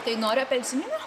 tai nori apelsininių